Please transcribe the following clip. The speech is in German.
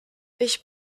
ich